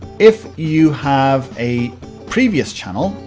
if you have a previous channel,